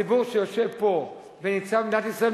הציבור שיושב פה ונמצא במדינת ישראל,